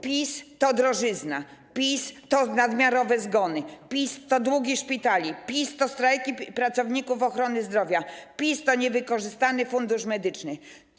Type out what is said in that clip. PiS - to drożyzna, PiS - to nadmiarowe zgony, PiS - to długi szpitali, PiS - to strajki pracowników ochrony zdrowia, PiS - to niewykorzystany Fundusz Medyczny.